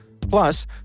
Plus